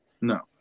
no